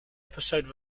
episode